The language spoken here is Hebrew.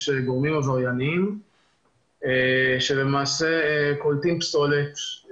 יש גורמים עברייניים שלמעשה קולטים פסולת.